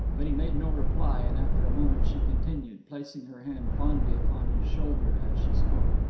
but he made no reply, and after a moment she continued, placing her hand fondly upon his shoulder as she spoke.